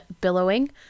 billowing